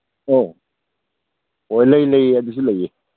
ꯑꯣ ꯑꯣ ꯂꯩ ꯂꯩ ꯑꯗꯨꯁꯨ ꯂꯩꯌꯦ